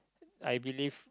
I believe